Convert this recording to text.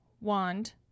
wand